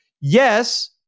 Yes